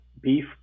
beef